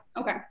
Okay